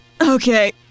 okay